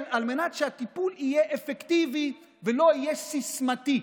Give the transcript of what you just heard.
על מנת שהטיפול יהיה אפקטיבי ולא יהיה סיסמתי.